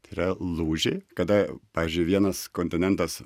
tai yra lūžiai kada pavyzdžiui vienas kontinentas